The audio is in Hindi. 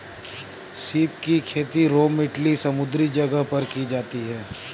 सीप की खेती रोम इटली समुंद्री जगह पर की जाती है